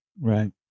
Right